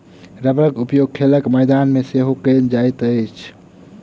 रबड़क उपयोग खेलक मैदान मे सेहो कयल जाइत अछि